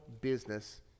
business